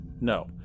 no